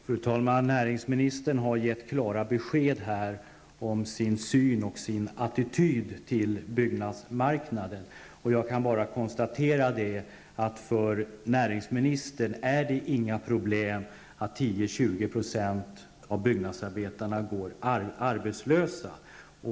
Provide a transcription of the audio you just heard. Fru talman! Näringsministern har gett klara besked om sin syn på och sin attityd till byggmarknaden. Jag kan bara konstatera att det för näringsministern inte är något problem att 10--20 % av byggnadsarbetarna går arbetslösa.